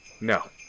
No